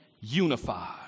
unified